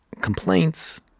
complaints